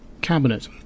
cabinet